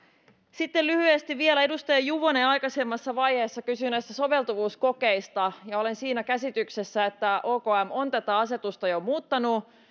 sitten lyhyesti vielä kun edustaja juvonen aikaisemmassa vaiheessa kysyi soveltuvuuskokeista olen siinä käsityksessä että okm on tätä asetusta jo muuttanut